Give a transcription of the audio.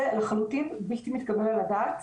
זה לחלוטין בלתי מתקבל על הדעת.